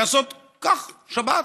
ולעשות כך שבת.